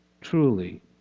truly